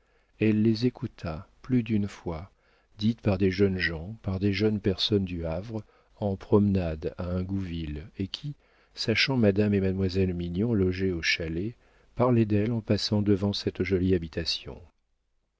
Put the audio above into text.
elle les écouta plus d'une fois dites par des jeunes gens par des jeunes personnes du havre en promenade à ingouville et qui sachant madame et mademoiselle mignon logées au chalet parlaient d'elles en passant devant cette jolie habitation